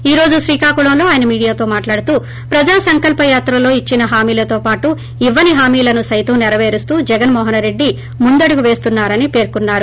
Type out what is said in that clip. ఈ రోజు శ్రీకాకుళం లో అయన మీడియాతో మాట్లాడుతూ ప్రజా సంకల్సయాత్రలో ఇచ్చిన హామీలతో పాటు ఇవ్వని హామీలను సైతం నెరపేరుస్తూ జగన్ మోహనరెడ్డి ముందదుగు పేస్తున్నారని పేర్కొన్నారు